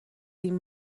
این